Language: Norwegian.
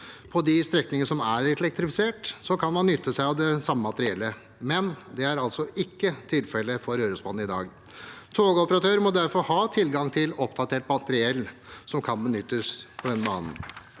På de strekningene som er elektrifisert, kan man benytte seg av det samme materiellet, men det er altså ikke tilfellet for Rørosbanen i dag. Togoperatører må derfor ha tilgang til oppdatert materiell som kan benyttes på denne banen.